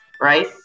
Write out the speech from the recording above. right